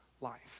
life